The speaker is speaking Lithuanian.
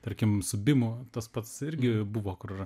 tarkim su bimu tas pats irgi buvo kur